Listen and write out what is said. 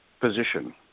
position